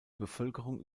bevölkerung